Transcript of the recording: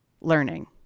learning